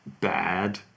bad